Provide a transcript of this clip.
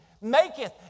Maketh